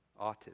autism